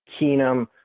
Keenum